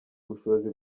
ubushobozi